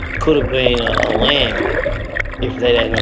could've been a lamb if that and